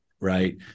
right